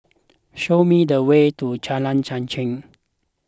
show me the way to Jalan Chichau